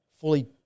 fully